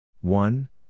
one